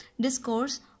discourse